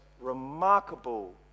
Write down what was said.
remarkable